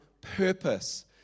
purpose